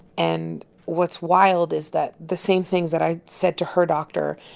and what's wild is that the same things that i said to her doctor,